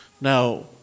Now